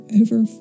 over